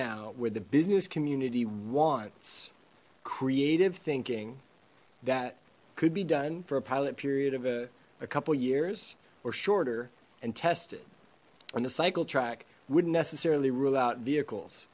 now where the business community wants creative thinking that could be done for a pilot period of a couple years or shorter and test it on the cycle track wouldn't necessarily rule out vehicles